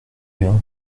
bien